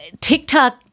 TikTok